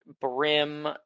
Brim